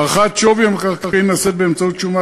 הערכת שווי המקרקעין נעשית באמצעות שומה